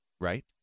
Right